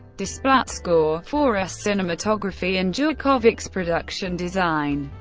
desplat's score, faura's cinematography and djurkovic's production design.